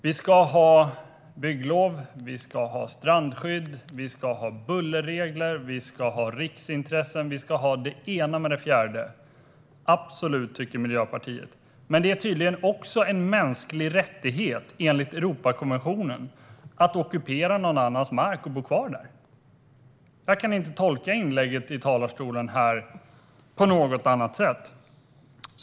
Vi ska ha bygglov, vi ska strandskydd, vi ska ha bullerregler, vi ska ha riksintressen, vi ska ha det ena med det fjärde - absolut, tycker Miljöpartiet. Men det är tydligen också en mänsklig rättighet enligt Europakonventionen att ockupera någon annans mark och bo kvar där. Jag kan inte tolka inlägget i talarstolen på något annat sätt.